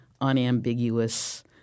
unambiguous